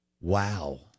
Wow